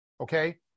Okay